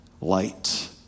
light